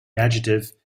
adjective